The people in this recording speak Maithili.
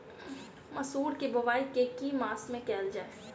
मसूर केँ बोवाई केँ के मास मे कैल जाए?